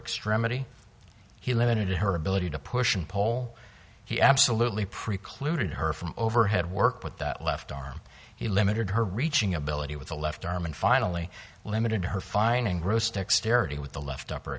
extremity he limited her ability to push and poll he absolutely precluded her from overhead work with that left arm he limited her reaching ability with the left arm and finally limited her finding gross dexterity with the left up